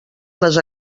les